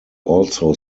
also